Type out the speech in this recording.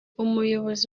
umuyobozi